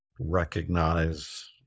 recognize